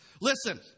Listen